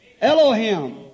Elohim